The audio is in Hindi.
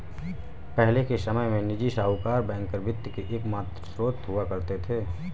पहले के समय में निजी साहूकर बैंकर वित्त के एकमात्र स्त्रोत हुआ करते थे